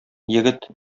егет